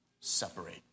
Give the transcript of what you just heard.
separate